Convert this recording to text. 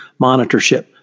monitorship